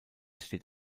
steht